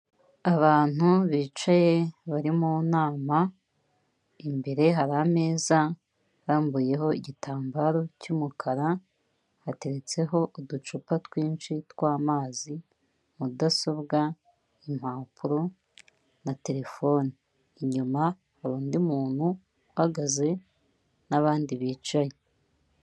Abantu bicaye bari mu nama imbere hari ameza arambuyeho igitambaro cy'umukara hateretseho uducupa twinshi tw'amazi, mudasobwa, impapuro na terefone inyuma hari undi muntu uhagaze n'abandi bicaye.